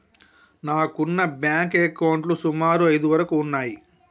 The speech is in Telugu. నాకున్న బ్యేంకు అకౌంట్లు సుమారు ఐదు వరకు ఉన్నయ్యి